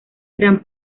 gran